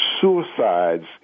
suicides